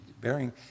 bearing